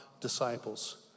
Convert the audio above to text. disciples